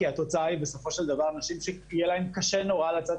כי התוצאה היא בסופו של דבר נשים שיהיה להם קשה נורא לצאת